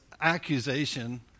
accusation